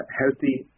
healthy